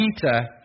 Peter